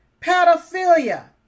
pedophilia